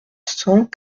cent